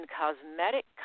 cosmetic